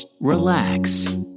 relax